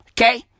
Okay